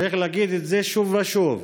צריך להגיד את זה שוב ושוב: